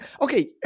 Okay